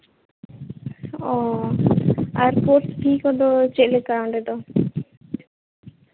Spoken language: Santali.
ᱚ ᱟᱨ ᱠᱳᱨᱥ ᱯᱷᱤ ᱠᱚᱫᱚ ᱪᱮᱫᱞᱮᱠᱟ ᱚᱸᱰᱮ ᱫᱚ